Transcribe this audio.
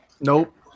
Nope